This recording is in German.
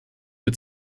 für